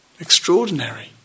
extraordinary